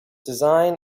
design